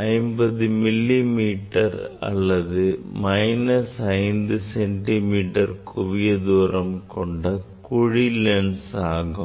50 millimetre அல்லது 5 centimetre குவிய தூரம் கொண்ட குழி லென்ஸ் L2 ஆகும்